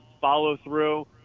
follow-through